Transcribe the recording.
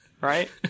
Right